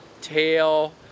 tail